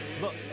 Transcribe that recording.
Look